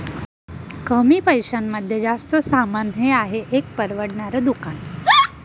कमी पैशांमध्ये जास्त सामान हे आहे एक परवडणार दुकान